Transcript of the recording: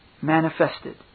manifested